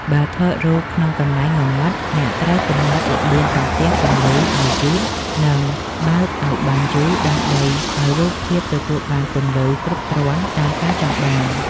បើថតរូបក្នុងកន្លែងងងឹតអ្នកត្រូវកំណត់ល្បឿនសន្ទះពន្លឺឱ្យយឺត និង បើកឱ្យបានយូរដើម្បីឱ្យរូបភាពទទួលបានពន្លឺគ្រប់គ្រាន់តាមការចង់បាន។